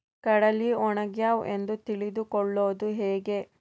ಕಡಲಿ ಒಣಗ್ಯಾವು ಎಂದು ತಿಳಿದು ಕೊಳ್ಳೋದು ಹೇಗೆ?